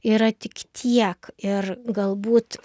yra tik tiek ir galbūt